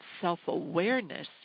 self-awareness